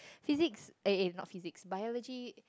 physics eh eh not physics biology